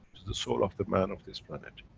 to the soul of the man of this planet